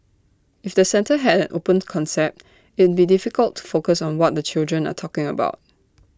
if the centre had an open concept it'd be difficult to focus on what the children are talking about